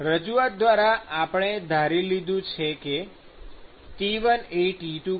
રજૂઆત દ્વારા આપણે ધારી લીધું છે કે T1 T2 છે